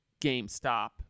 GameStop